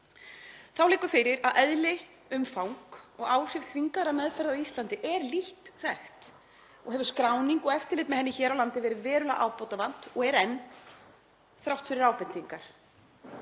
Þá liggur fyrir að eðli, umfang og áhrif þvingaðrar meðferðar á Íslandi er lítt þekkt og hefur skráningu og eftirliti með henni hér á landi verið verulega ábótavant og er enn þrátt fyrir ábendingar.